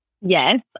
Yes